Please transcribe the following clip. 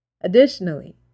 Additionally